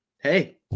Hey